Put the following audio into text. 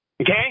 Okay